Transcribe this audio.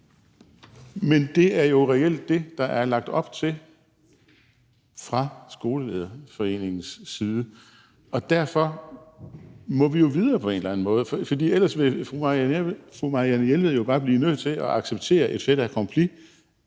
Men det er jo reelt det, der er lagt op til fra Skolelederforeningens side. Og derfor må vi videre på en eller anden måde, for ellers vil fru Marianne Jelved jo bare blive nødt til at acceptere et fait accompli.